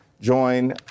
join